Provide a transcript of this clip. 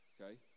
okay